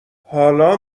حالا